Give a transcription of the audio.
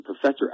Professor